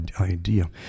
idea